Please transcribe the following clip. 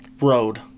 road